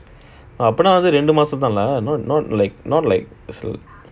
அப்போனா வந்து ரெண்டு மாசம் தானே:apponaa vandhu rendu maasam thaanae not not like not like also